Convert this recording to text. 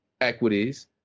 equities